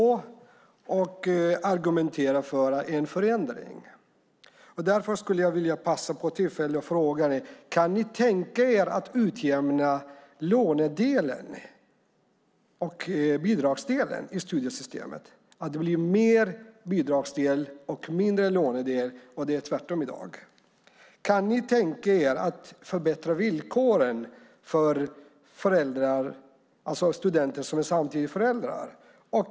Vi har också argumenterat för en förändring. Därför skulle jag vilja passa på att fråga dig, Oskar Öholm: Kan ni tänka er att utjämna lånedelen och bidragsdelen i studiesystemet så att det blir en större bidragsdel och en mindre lånedel? I dag är det tvärtom. Kan ni tänka er att förbättra villkoren för studenter som samtidigt är föräldrar?